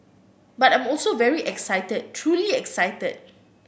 but I'm also very excited truly excited